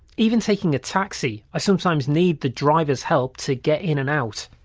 even taking a taxi, i sometimes need the driver's help to get in and out.